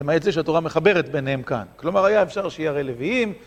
למעט זה שהתורה מחברת ביניהם כאן. כלומר, היה אפשר שיהיה ערי לוויים.